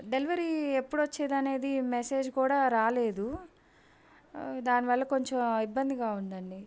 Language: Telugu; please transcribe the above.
డెలివరీ ఎప్పుడు వచ్చేది అనేది మెస్సేజ్ కూడా రాలేదు దానివల్ల కొంచెం ఇబ్బందిగా ఉందండి